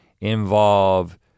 involve